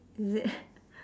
is it